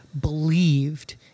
believed